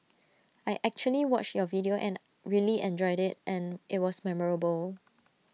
I actually watched your video and really enjoyed IT and IT was memorable